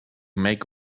make